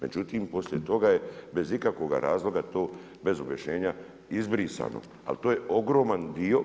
Međutim, poslije toga je bez ikakvoga razloga, bez objašnjenja izbrisano, ali to je ogroman dio.